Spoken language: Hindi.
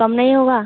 कम नहीं होगा